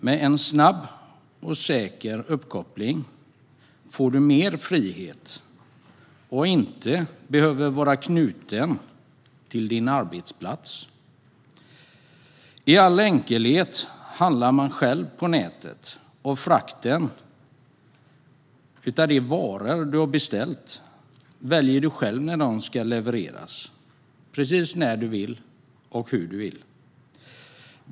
Med en snabb och säker uppkoppling får du mer frihet, och du behöver inte vara knuten till din arbetsplats. I all enkelhet handlar du själv på nätet, och du väljer själv när de varor du har beställt ska levereras - precis när du vill och hur du vill.